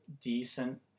decent